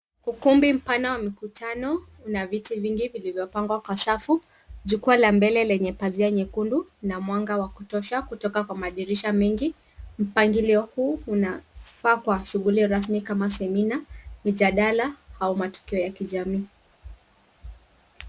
Ukumbi mpana wa mikutano una viti vingi vilivyopangwa kwa safu. Jukwaa la mbele lenye pazia nyekundu na mwanga wa kutosha kutoka kwa madirisha mengi . Mpangilio huu unafaa kwa shughuli rasmi kama semina, mijadala, au matukio ya kijamii.